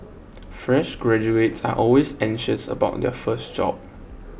fresh graduates are always anxious about their first job